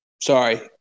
sorry